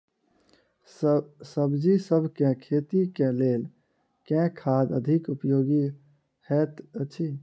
सब्जीसभ केँ खेती केँ लेल केँ खाद अधिक उपयोगी हएत अछि?